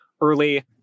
early